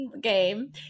game